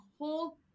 whole